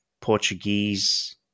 Portuguese